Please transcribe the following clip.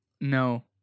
No